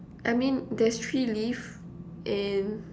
I mean there's three leaf and